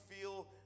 feel